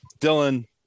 Dylan